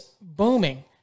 booming